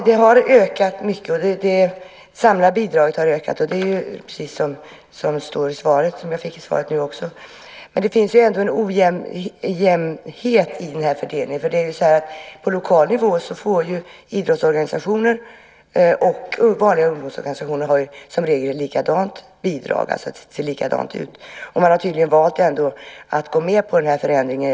Herr talman! Det samlade bidraget har ökat, precis som sägs i svaret. Men det finns ändå en ojämnhet i fördelningen. På lokal nivå får idrottsorganisationer och vanliga ungdomsorganisationer som regel ett likadant bidrag. Det ser likadant ut. Man har tydligen valt att gå med på den här förändringen.